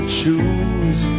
choose